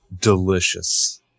delicious